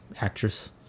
actress